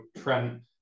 Trent